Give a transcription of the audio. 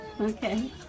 Okay